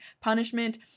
punishment